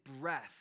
breath